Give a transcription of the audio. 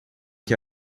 que